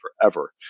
forever